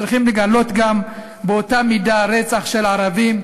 צריכים לגנות גם באותה מידה רצח של ערבים,